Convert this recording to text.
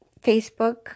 Facebook